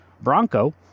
Bronco